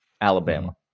alabama